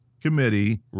committee